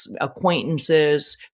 acquaintances